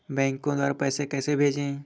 Bank द्वारा पैसे कैसे भेजें?